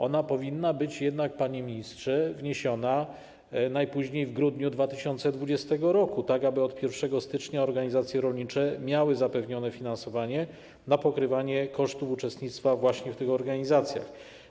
On powinien być jednak, panie ministrze, wniesiony najpóźniej w grudniu 2020 r., tak aby od 1 stycznia organizacje rolnicze miały zapewnione finansowanie na pokrywanie kosztów uczestnictwa właśnie w tych organizacjach.